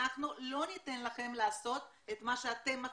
אנחנו לא ניתן לכם לעשות את מה שאתם מחליטים,